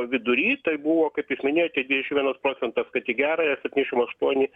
vidury tai buvo kaip jūs minėjote dvidešim vienas procentas kad į gerąją septyniasdešim aštuoni